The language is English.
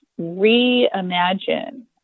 reimagine